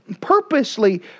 purposely